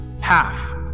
half